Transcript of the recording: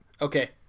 Okay